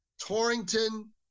Torrington